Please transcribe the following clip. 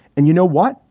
and you know what?